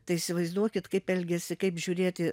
tai įsivaizduokit kaip elgiasi kaip žiūrėti